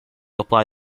apply